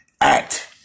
act